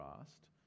asked